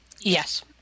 Yes